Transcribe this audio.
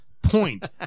point